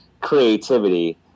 creativity